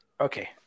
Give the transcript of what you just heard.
Okay